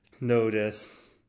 notice